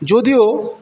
যদিও